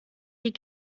die